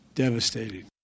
Devastating